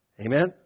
Amen